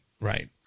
right